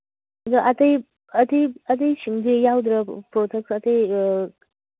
ꯑꯗꯨ ꯑꯇꯩ ꯑꯇꯩ ꯑꯇꯩꯁꯤꯡꯗꯤ ꯌꯥꯎꯗ꯭ꯔꯥ ꯄ꯭ꯔꯣꯗꯛ ꯑꯇꯩ